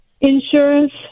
insurance